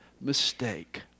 mistake